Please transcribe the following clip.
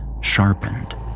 sharpened